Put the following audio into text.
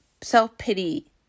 self-pity